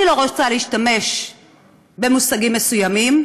אני לא רוצה להשתמש במושגים מסוימים,